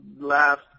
last